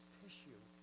tissue